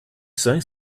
say